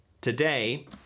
today